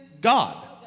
God